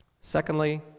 Secondly